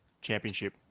Championship